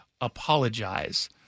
apologize